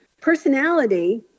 Personality